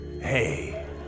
Hey